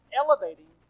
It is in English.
elevating